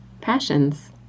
passions